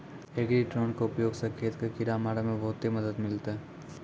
agri drone के उपयोग स खेत कॅ किड़ा मारे मॅ बहुते मदद मिलतै